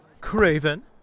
Craven